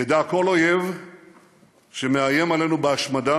ידע כל אויב שמאיים עלינו בהשמדה